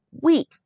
week